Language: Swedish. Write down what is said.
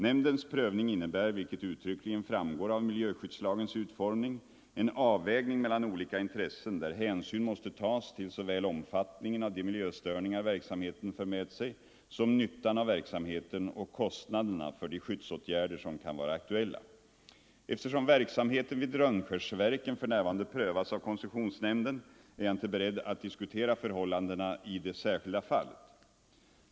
Nämndens prövning innebär, vilket uttryckligen framgår av miljöskyddslagens utformning, en avvägning mellan olika intressen där hänsyn måste tas till såväl omfattningen av de miljöstörningar verksamheten för med sig som nyttan av verksamheten och kostnaderna för de skyddsåtgärder som kan vara aktuella. Eftersom verksamheten vid Rönnskärsverken för närvarande prövas av koncessionsnämnden är jag inte beredd att diskutera förhållandena i detta särskilda fall.